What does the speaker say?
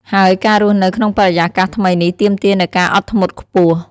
ហើយការរស់នៅក្នុងបរិយាកាសថ្មីនេះទាមទារនូវការអត់ធ្មត់ខ្ពស់។